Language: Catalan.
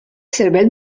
cervell